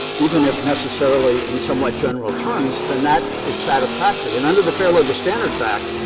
even if necessarily in somewhat general terms, then that is satisfactory. and under the fair labor standards act,